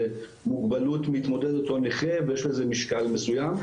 מוגבלות מתמודד אותו נכה ויש לזה משקל מסוים.